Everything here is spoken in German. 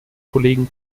kollegen